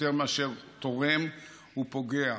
יותר מאשר תורם הוא פוגע.